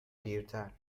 پیرتر